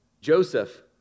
Joseph